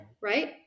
Right